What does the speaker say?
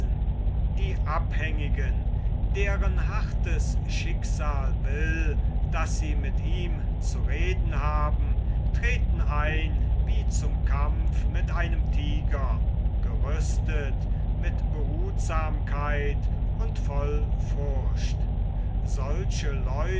die abhängigen deren hartes schicksal will daß sie mit ihm zu reden haben treten ein wie zum kampf mit einem tiger gerüstet mit behutsamkeit und voll furcht solche